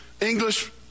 English